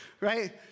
Right